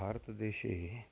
भारतदेशे